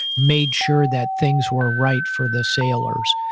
made sure that things were right for the sailors.